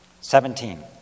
Seventeen